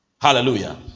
Hallelujah